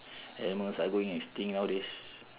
animals are going extinct all this